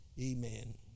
Amen